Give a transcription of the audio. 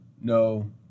no